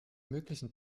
möglichen